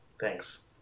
Thanks